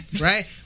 Right